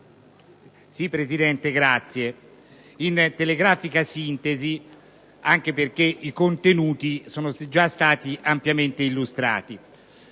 Presidente, in telegrafica sintesi, anche perché i contenuti sono già stati ampiamente illustrati,